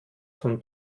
von